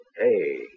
Hey